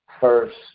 first